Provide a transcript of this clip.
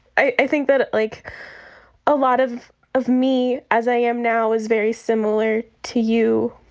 i i think that like a lot of of me, as i am now, is very similar to you.